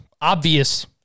obvious